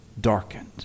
darkened